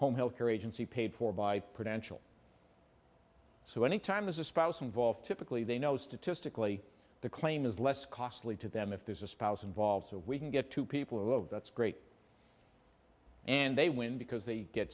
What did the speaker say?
home health care agency paid for by potential so many times a spouse involved typically they know statistically the claim is less costly to them if there's a spouse involved so we can get to people who have that's great and they win because they get